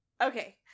Okay